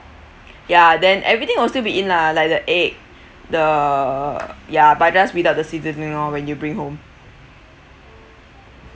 ya then everything also will be in lah like the egg the ya but just without the sizzling lor when you bring home